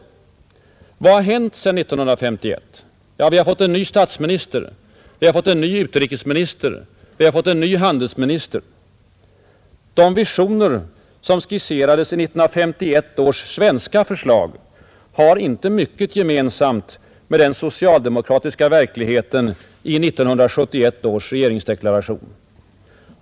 Vad har hänt sedan 1951? Vi har fått en ny statsminister, en ny utrikesminister och en ny handelsminister. De visioner som skisserades i 1951 års svenska förslag har inte mycket gemensamt med den socialdemokratiska verkligheten i 1971 års regeringsdeklaration.